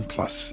Plus